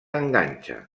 enganxa